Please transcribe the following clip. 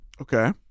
Okay